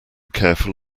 careful